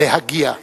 להגיע.